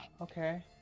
Okay